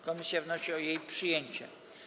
Komisja wnosi o jej przyjęcie.